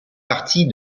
partie